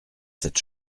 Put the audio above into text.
cette